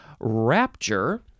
Rapture